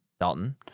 Dalton